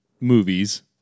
movies